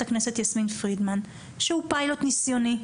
הכנסת יסמין פרידמן הוא פיילוט ניסיוני,